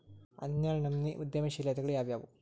ಹನ್ನೆರ್ಡ್ನನಮ್ನಿ ಉದ್ಯಮಶೇಲತೆಗಳು ಯಾವ್ಯಾವು